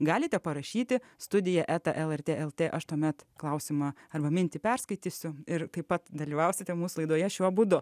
galite parašyti studija eta lrt lt aš tuomet klausimą arba mintį perskaitysiu ir taip pat dalyvausite mūsų laidoje šiuo būdu